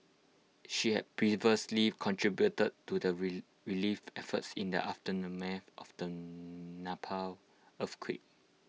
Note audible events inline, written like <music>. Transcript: she had previously contributed to the <unintelligible> relief efforts in the aftermath of the <unintelligible> Nepal earthquake